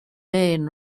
maine